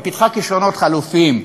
היא פיתחה כישרונות חלופיים,